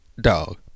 Dog